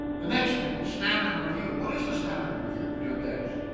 the next thing. standard review. what is the standard of review in your case?